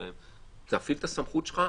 תפעיל את הסמכות שלך,